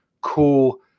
cool